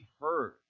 heard